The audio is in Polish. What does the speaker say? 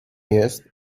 jest